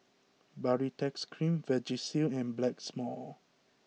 Baritex cream Vagisil and blacks more